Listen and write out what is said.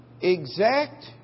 exact